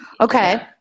Okay